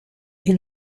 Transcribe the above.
est